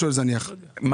קונקרטיים.